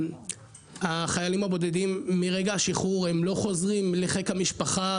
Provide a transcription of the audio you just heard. החיילים הבודדים מרגע השחרור לא חוזרים לחיק המשפחה